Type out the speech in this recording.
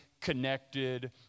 connected